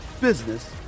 business